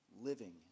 living